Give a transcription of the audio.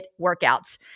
workouts